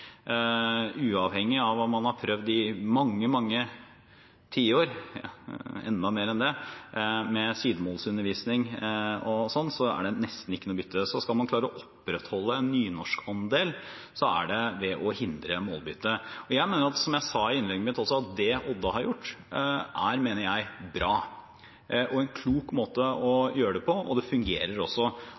Uavhengig av at man har prøvd i mange, mange tiår, enda lenger enn det, med sidemålsundervisning, er det nesten ikke noe bytte. Skal man klare å opprettholde nynorskandelen, må man hindre målbytte. Som jeg sa i innlegget mitt, er det Odda har gjort, bra og en klok måte å gjøre det på, og det fungerer også.